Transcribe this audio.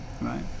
right